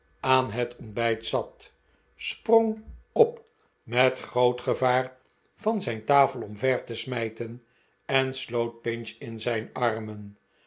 aan het ontbijt zat sprong op met groot gevaar van zijn tafel om te smijten en sloot pinch in zijn armen